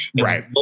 Right